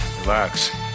Relax